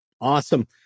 Awesome